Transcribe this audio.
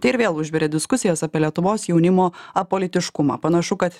tai ir vėl užvirė diskusijos apie lietuvos jaunimo apolitiškumą panašu kad